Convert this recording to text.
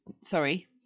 sorry